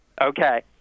Okay